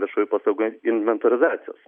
viešųjų paslaugų inventorizacijos